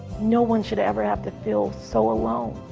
no one should ever have to feel so alone.